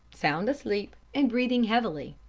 sound asleep and breathing heavily.